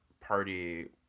Party